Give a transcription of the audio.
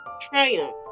triumph